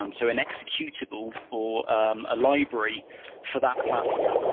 um so an executable or um a library for that platform.